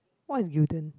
what you done